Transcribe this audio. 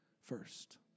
first